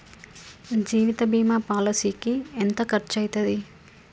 జీవిత బీమా పాలసీకి ఎంత ఖర్చయితది?